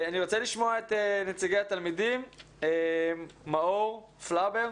אני רוצה לשמוע את נציגי התלמידים, מאור פלבר.